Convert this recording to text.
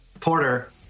Porter